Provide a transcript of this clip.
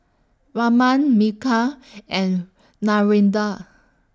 Raman Milkha and Narendra